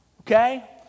okay